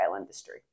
industry